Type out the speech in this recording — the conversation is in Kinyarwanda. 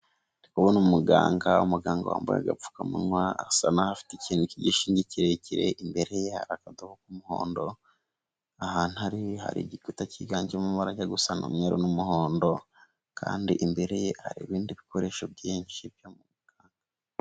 Ndi kubona umuganga, umuganga wambaye agapfukamunwa arasa naho afite ikintu cy'igishinge kirekire, imbere ye hari akadobo k'umuhondo, ahantu ari hari igikuta kiganjemo amabara ajya gusa n'umweru n'umuhondo kandi imbere ye hari ibindi bikoresho byinshi.